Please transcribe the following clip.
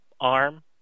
arm